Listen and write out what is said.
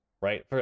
right